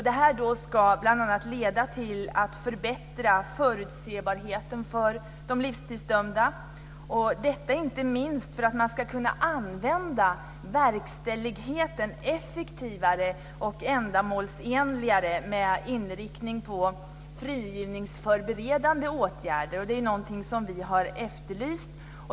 Detta ska bl.a. ge en förbättrad förutsebarhet för de livstidsdömda, detta inte minst för att man ska kunna använda verkställigheten effektivare och ändamålsenligare med inriktning på frigivningsförberedande åtgärder, och det är någonting som vi har efterlyst.